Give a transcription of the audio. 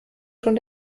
schon